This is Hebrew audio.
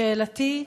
שאלתי,